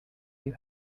you